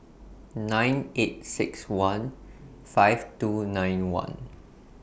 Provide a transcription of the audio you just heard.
nine eight six one five two nine one